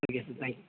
okay sir thank you